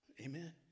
Amen